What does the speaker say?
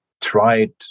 tried